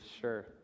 Sure